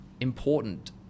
important